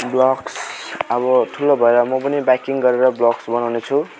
blogs अब ठुलो भएर म पनि बाइकिङ गरेर ब्लग्स बनाउने छु